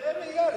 הסדרי ראייה.